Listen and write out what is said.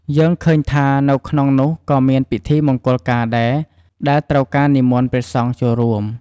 យើងឃើញថានៅក្នុងនោះក៏មានពិធីមង្គលការដែរ ដែលត្រូវការនិមន្តព្រះសង្ឃចូលរួម។